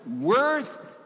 worth